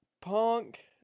Punk